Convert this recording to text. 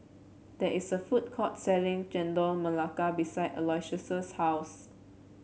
there is a food court selling Chendol Melaka behind Aloysius' house